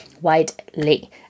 Widely